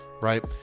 Right